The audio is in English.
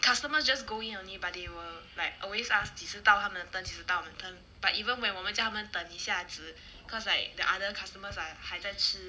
customers just go in only but they will like always asked 几时到他们的 turn 几时到他们的 turn but even when 我们叫他们等一下子 because like the other customers are 还在吃